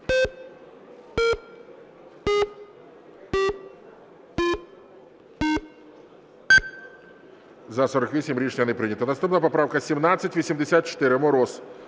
За-48 Рішення не прийнято. Наступна поправка 1784. Мороз